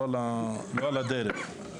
לא על הדרך.